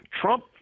Trump